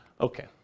Okay